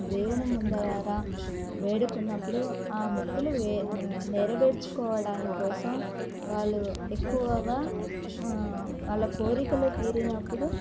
దేవుని ముందరా వేడుకున్నప్పుడు ఆ ముక్కులు నెరవేర్చుకోవడాని కోసం వాళ్ళు ఎక్కువగా వాళ్ళ కోరికలు తీరినప్పుడు